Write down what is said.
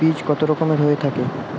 বীজ কত রকমের হয়ে থাকে?